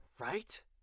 Right